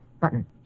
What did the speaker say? Button